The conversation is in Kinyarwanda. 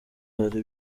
hari